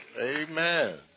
Amen